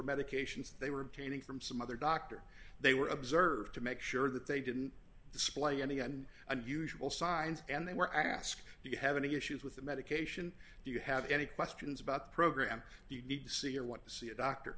medications they were obtaining from some other doctor they were observed to make sure that they didn't display any and unusual signs and they were asked do you have any issues with the medication do you have any questions about the program you need to see or want to see a doctor